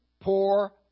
poor